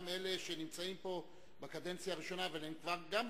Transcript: גם אלה שנמצאים פה בקדנציה הראשונה אבל גם הם כבר ותיקים,